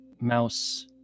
mouse